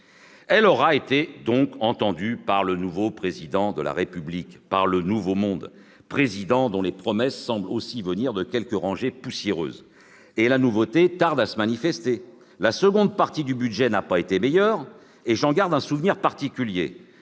Elle aura donc été entendue par le nouveau Président de la République et son « nouveau monde », un président dont les promesses semblent ainsi venir de quelques rangs poussiéreux. La nouveauté tarde à se manifester ! La discussion de la seconde partie du budget n'a pas été meilleure. J'en garde un souvenir particulier